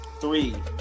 three